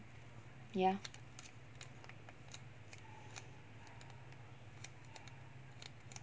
ya